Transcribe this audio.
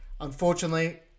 unfortunately